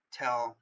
tell